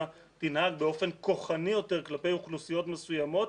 תנהג באופן כוחני יותר כלפי אוכלוסיות מסוימות